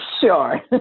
Sure